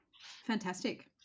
fantastic